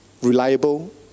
reliable